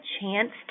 chance